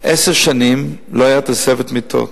שעשר שנים לא היתה תוספת מיטות,